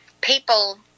people